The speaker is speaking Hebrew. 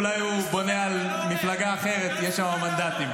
אולי הוא בונה על מפלגה אחרת, כי יש שם מנדטים.